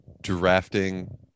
Drafting